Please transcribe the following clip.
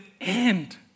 end